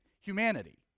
humanity